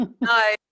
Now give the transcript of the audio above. no